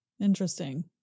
Interesting